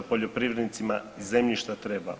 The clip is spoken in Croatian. Poljoprivrednicima zemljišta treba.